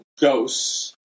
ghosts